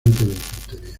infantería